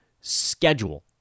schedule